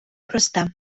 проста